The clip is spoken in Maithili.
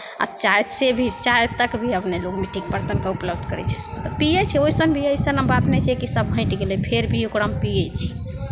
आ चायसँ भी चाय तक भी आब नहि लोक मिट्टीके बरतनमे उपलब्ध करै छै पीयै छै ओहिसन नहि भी अइसन बात नहि छै कि सभ हटि गेलै फेर भी ओकरामे पियै छै